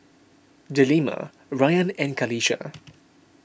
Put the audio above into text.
Delima Rayyan and Qalisha